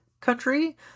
country